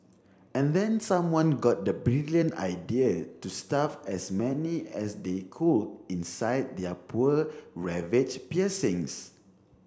and then someone got the brilliant idea to stuff as many as they could inside their poor ravaged piercings